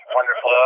wonderful